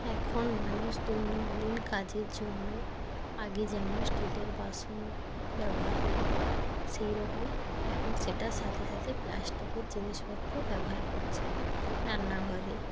এখন মানুষ দৈনন্দিন কাজের জন্য আগে যেমন স্টিলের বাসন ব্যবহার করতো সেই রকম এখন সেটার সাথে সাথে প্লাস্টিকের জিনিসপত্রও ব্যবহার করছে রান্নাঘরে